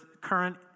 current